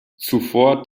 zuvor